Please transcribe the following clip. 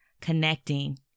connecting